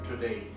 today